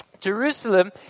Jerusalem